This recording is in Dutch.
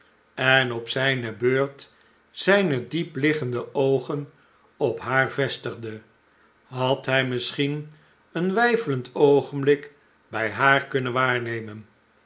en op zijne beurt zijne diepliggende oogen op haar vestigde had hij misschien een weifelend oogenblik bij haar kunnen waarnemen